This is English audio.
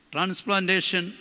Transplantation